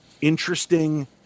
interesting